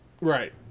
Right